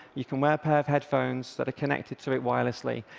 you can wear a pair of headphones that are connected to it wirelessly,